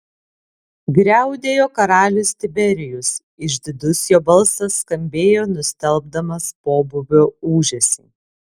griaudėjo karalius tiberijus išdidus jo balsas skambėjo nustelbdamas pobūvio ūžesį